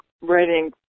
writing